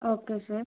okay sir